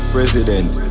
President